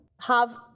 have-